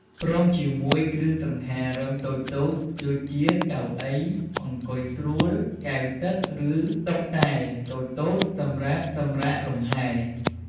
ព្រមជាមួយគ្រឿងសង្ហារឹមតូចៗ ដូចជាកៅអីអង្គុយស្រួល កែវទឹក ឬតុតែតូចៗសម្រាប់សម្រាកលំហែ។